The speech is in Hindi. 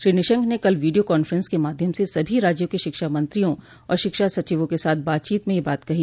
श्री निशंक ने कल वीडियो कांफ्रेंस के माध्यम से सभी राज्यों के शिक्षा मंत्रियों और शिक्षा सचिवों के साथ बातचीत में यह बात कही